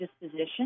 disposition